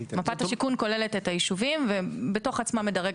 מפת השיכון כוללת את היישובים ובתוך עצמה מדרגת אותם.